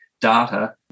data